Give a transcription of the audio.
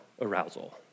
arousal